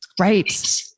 Right